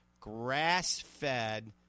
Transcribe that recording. grass-fed